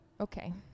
Okay